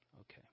Okay